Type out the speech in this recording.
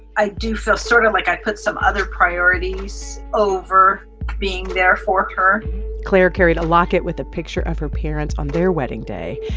i do feel sort of like i put some other priorities over being there for her claire carried a locket with a picture of her parents on their wedding day.